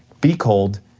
be cold,